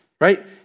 Right